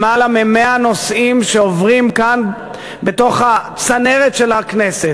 למעלה מ-100 נושאים שעוברים כאן בתוך הצנרת של הכנסת.